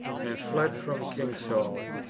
and fled from king saul,